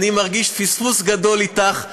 אני מרגיש פספוס גדול אתך.